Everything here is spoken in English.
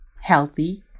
healthy